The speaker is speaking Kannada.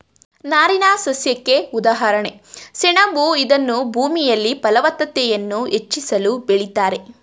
ನಾರಿನಸಸ್ಯಕ್ಕೆ ಉದಾಹರಣೆ ಸೆಣಬು ಇದನ್ನೂ ಭೂಮಿಯಲ್ಲಿ ಫಲವತ್ತತೆಯನ್ನು ಹೆಚ್ಚಿಸಲು ಬೆಳಿತಾರೆ